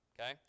okay